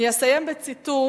אסיים בציטוט